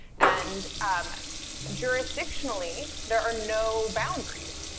and um jurisdictionally, there are no boundaries.